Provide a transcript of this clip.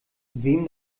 wem